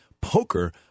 poker